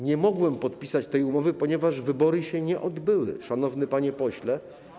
Nie mogłem podpisać tej umowy, ponieważ wybory się nie odbyły, szanowny panie pośle.